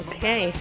Okay